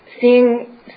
seeing